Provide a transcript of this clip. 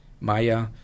Maya